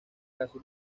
casi